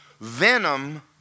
venom